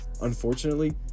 Unfortunately